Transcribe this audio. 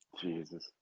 Jesus